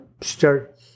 start